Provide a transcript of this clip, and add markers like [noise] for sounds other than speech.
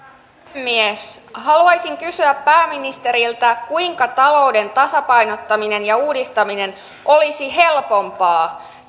puhemies haluaisin kysyä pääministeriltä kuinka talouden tasapainottaminen ja uudistaminen olisi helpompaa [unintelligible]